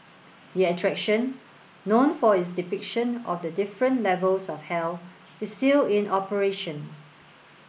the attraction known for its depiction of the different levels of hell is still in operation